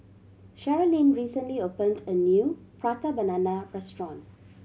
Sherilyn recently opened a new Prata Banana restaurant